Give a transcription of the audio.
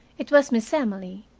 it was miss emily,